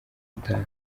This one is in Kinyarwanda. gutaha